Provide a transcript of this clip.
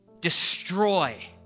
destroy